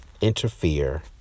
interfere